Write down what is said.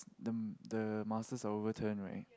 the the masters are overturn right